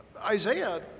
Isaiah